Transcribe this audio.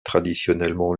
traditionnellement